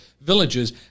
villagers